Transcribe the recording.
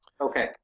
Okay